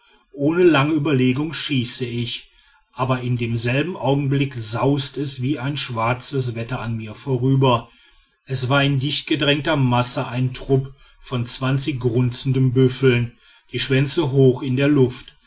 ohne lange überlegung schieße ich aber in demselben augenblick saust es wie ein schweres wetter an mir vorüber es war in dichtgedrängter masse ein trupp von zwanzig grunzenden büffeln die schwänze hoch in der luft